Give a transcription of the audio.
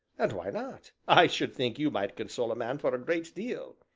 and why not? i should think you might console a man for a great deal.